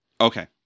Okay